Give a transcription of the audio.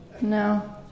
No